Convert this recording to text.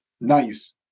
Nice